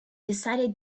decided